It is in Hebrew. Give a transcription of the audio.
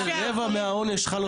רבע מהעונש חל אוטומטית.